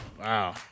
Wow